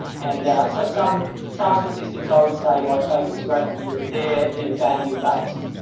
and so some some statistics, i would say, like vacancy rate and yield, they're value-based.